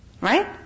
Right